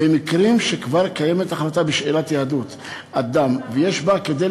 במקרים שכבר קיימת החלטה בשאלת יהדות אדם ויש בה כדי